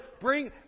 Bring